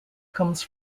comes